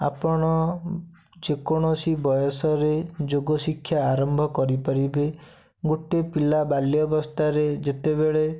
ଆପଣ ଯେକୌଣସି ବୟସରେ ଯୋଗ ଶିକ୍ଷା ଆରମ୍ଭ କରିପାରିବେ ଗୋଟେ ପିଲା ବାଲ୍ୟବସ୍ଥାରେ ଯେତେବେଳେ